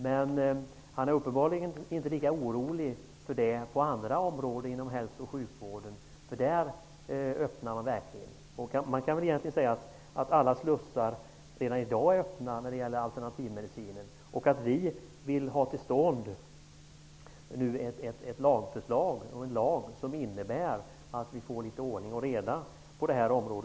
Men han är uppenbarligen inte lika orolig för det på andra områden inom hälso och sjukvården. Där öppnar man verkligen slussarna. Man kan säga att alla slussar redan i dag är öppna när det gäller alternativmedicinen. Vi vill nu ha till stånd en lagstiftning som innebär att vi får litet ordning och reda även på detta område.